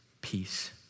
peace